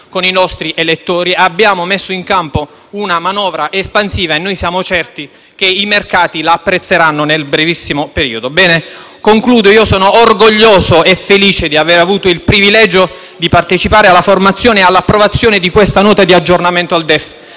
con i nostri elettori. Abbiamo messo in campo una manovra espansiva e siamo certi che i mercati la apprezzeranno nel brevissimo periodo. Concludo dicendo che io sono orgoglioso e felice di aver avuto il privilegio di partecipare alla formazione e all'approvazione di questa Nota di aggiornamento al DEF